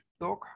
dog